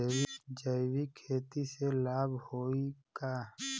जैविक खेती से लाभ होई का?